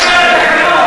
פשוט, פשוט אל תפריע.